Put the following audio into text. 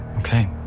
okay